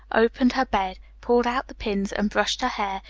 opened her bed, pulled out the pins, and brushed her hair,